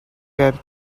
can